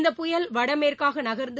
இந்தப் புயல் வடமேற்காக நகர்ந்து